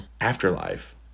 Afterlife